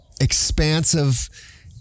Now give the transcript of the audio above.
expansive